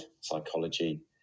psychology